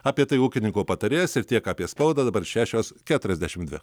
apie tai ūkininko patarėjas ir tiek apie spaudą dabar šešios keturiasdešimt dvi